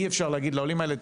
אי אפשר להגיד לעולים האלה,